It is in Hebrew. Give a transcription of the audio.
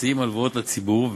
המציעים הלוואות לציבור,